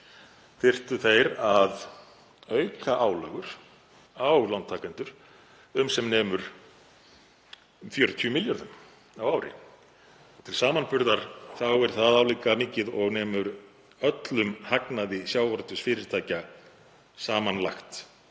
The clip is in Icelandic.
þyrftu þeir að auka álögur á lántakendur um sem nemur 40 milljörðum á ári. Til samanburðar þá er það álíka mikið og nemur öllum hagnaði sjávarútvegsfyrirtækja samanlagt